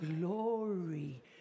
glory